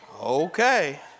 Okay